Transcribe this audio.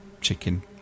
chicken